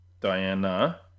Diana